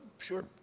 sure